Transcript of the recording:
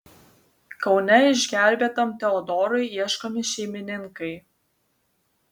kaune išgelbėtam teodorui ieškomi šeimininkai